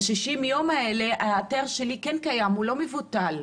ב-60 הימים האלה ההיתר שלי קיים, הוא לא מבוטל.